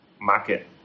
market